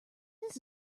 this